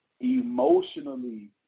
emotionally